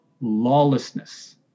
lawlessness